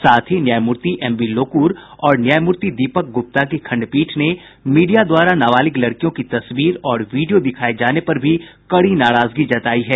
साथ ही न्यायमूर्ति एमबी लोकुर और न्यायमूर्ति दीपक गुप्ता की खंडपीठ ने मीडिया द्वारा नाबालिग लड़कियों की तस्वीर और वीडियो दिखाये जाने पर भी कड़ी नाराजगी जतायी है